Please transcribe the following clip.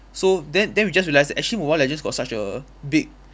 so then then we just realised actually mobile legends got such a big